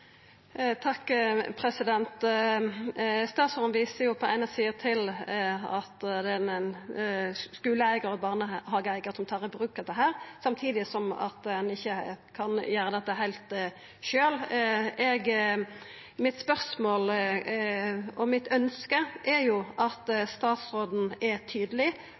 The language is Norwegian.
Statsråden viser på den eine sida til at det er skuleeigarar og barnhageeigarar som tar i bruk dette, samtidig som ein ikkje kan gjera dette heilt sjølv. Mitt ønske er at statsråden er tydeleg